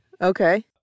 Okay